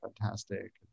fantastic